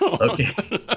Okay